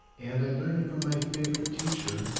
and i learned it from my favorite teacher,